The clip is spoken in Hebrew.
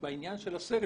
בעניין של הסגל,